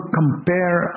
compare